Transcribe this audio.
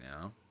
now